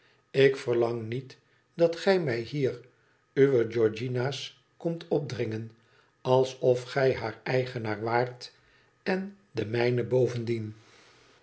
ik verlang niet dat gij mij hier uwe georgiana's komt opdringen alsof gij haar eigenaar waart en de mijne bovendien